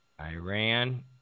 Iran